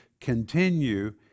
continue